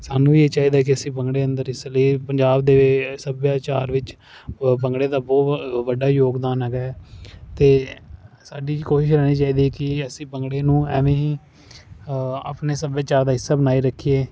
ਸਾਨੂੰ ਵੀ ਇਹ ਚਾਹੀਦਾ ਅਸੀਂ ਵੀ ਭੰਗੜੇ ਅੰਦਰ ਇਸ ਲਈ ਪੰਜਾਬ ਦੇ ਸੱਭਿਆਚਾਰ ਵਿੱਚ ਪ ਭੰਗੜੇ ਦਾ ਬਹੁਤ ਵੱਡਾ ਯੋਗਦਾਨ ਹੈਗਾ ਹੈ ਅਤੇ ਸਾਡੀ ਕੋਸ਼ਿਸ਼ ਹੋਣੀ ਚਾਹੀਦੀ ਕਿ ਅਸੀਂ ਭੰਗੜੇ ਨੂੰ ਇਵੇਂ ਹੀ ਆਪਣੇ ਸੱਭਿਆਚਾਰ ਦਾ ਹਿੱਸਾ ਬਣਾਈ ਰੱਖੀਏ